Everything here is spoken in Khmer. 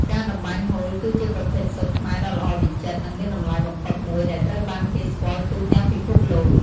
ការតម្បាញហូល គឺជាប្រភេទសូត្រខ្មែរដ៏ល្អវិចិត្រ និងមានតម្លៃបំផុតមួយ ដែលត្រូវបានគេស្គាល់ទូទាំងពិភពលោក។